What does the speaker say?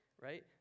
right